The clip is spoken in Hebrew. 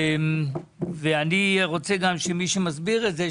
אני רוצה שמי שמסביר את הנושא,